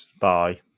Bye